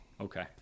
Okay